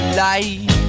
light